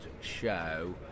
show